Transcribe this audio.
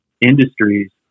industries